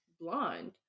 blonde